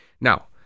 Now